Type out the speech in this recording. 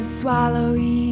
swallowing